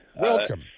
Welcome